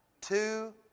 Two